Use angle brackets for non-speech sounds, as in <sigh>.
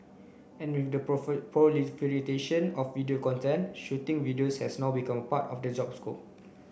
and with the <unintelligible> proliferation of video content shooting videos has now become part of the job scope